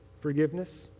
forgiveness